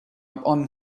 upon